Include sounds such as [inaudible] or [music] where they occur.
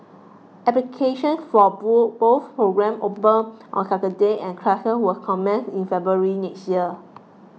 application for [unintelligible] both program open on Saturday and classes will commence in February next year